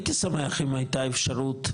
אני הייתי שמח אם הייתה אפשרות,